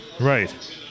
Right